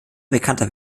bekannter